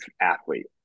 athlete